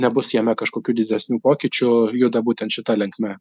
nebus jame kažkokių didesnių pokyčių juda būtent šita linkme